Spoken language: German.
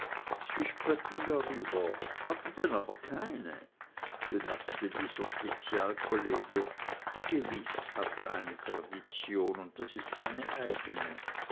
darüber hat er denn aber keine bemerkte dieser spezialkollege gewiß hat er eine tradition und das ist seine eigne